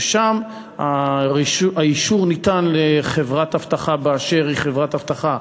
ששם האישור לשאת כלי נשק ניתן לחברת אבטחה באשר היא חברת אבטחה,